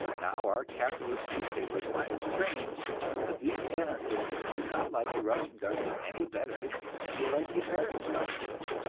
now our capitalist newspapers find it strange that these anarchists do not like the russian government any better than they like the american government!